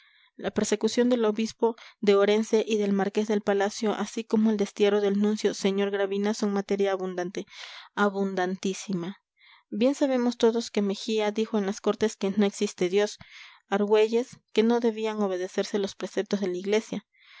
la persecución del obispo de orense y del marqués del palacio así como el destierro del nuncio sr gravina son materia abundante abundantísima bien sabemos todos que mejía dijo en las cortes que no existe dios argüelles que no debían obedecerse los preceptos de la iglesia